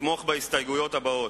לתמוך בהסתייגויות הבאות.